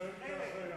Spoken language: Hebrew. בחלק.